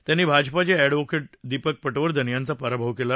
त्यांनी भाजपाचे अॅडव्होकेट दीपक पटवर्धन यांचा पराभव केला